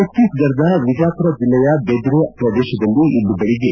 ಚತ್ತೀಸ್ಗಡದ ಬಿಜಾಪುರ ಜಿಲ್ಲೆಯ ದೆದ್ರೆ ಪ್ರದೇಶದಲ್ಲಿ ಇಂದು ಬೆಳಗ್ಗೆ